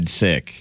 sick